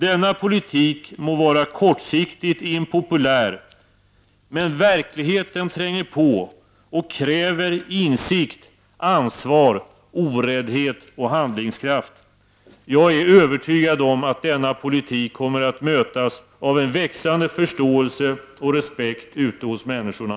Denna politik må vara kortsiktigt impopulär. Men verkligheten tränger på och kräver insikt, ansvar, oräddhet och handlingskraft. Jag är övertygad om att denna politik kommer att mötas av en växande förståelse och respekt ute hos människorna.